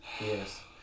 Yes